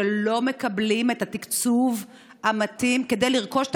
שלא מקבלים את התקציב המתאים כדי לרכוש את